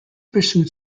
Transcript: pursued